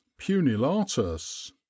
punilatus